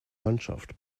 mannschaft